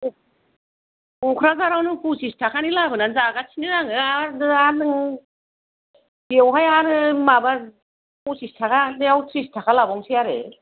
कक्राझारावनो पसिच थाखानि लाबोनानै जागासिनो आंङो आर दा नों बेवहाय आरो माबा पसिच थाखायाव ट्रिसथाखा लाबावसै आरो